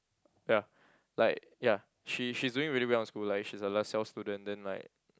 ya like ya she she's doing really well in school like she's LaSalle student then like